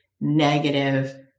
negative